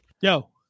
Yo